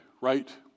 right